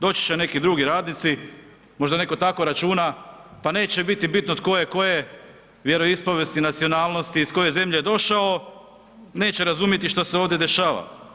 Doći će neki drugi radnici, možda neko tako računa, pa neće biti bitno tko je koje vjeroispovijesti, nacionalnosti, iz koje je zemlje došao, neće razumjeti šta se ovdje dešava.